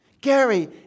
Gary